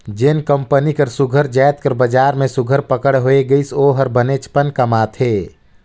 जेन कंपनी कर सुग्घर जाएत कर बजार में सुघर पकड़ होए गइस ओ हर बनेचपन कमाथे